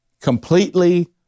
Completely